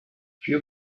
few